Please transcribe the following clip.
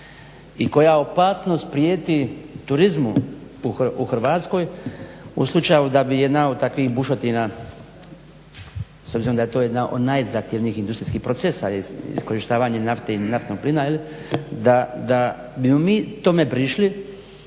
i koja opasnost prijeti turizmu u Hrvatskoj u slučaju da bi jedna od takvih bušotina s obzirom da je to jedna od najzahtjevnijih industrijskih procesa iskorištavanja nafte i naftnog plina da bi mi tome prišli